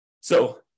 So-